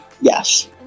Yes